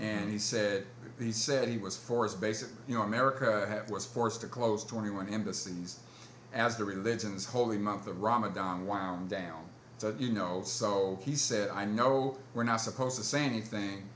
and he said he said he was force bases you know america have was forced to close twenty one embassies as the religions holy month of ramadan wound down you know so he said i know we're not supposed to say anything